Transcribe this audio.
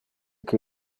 que